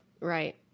Right